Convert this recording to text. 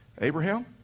Abraham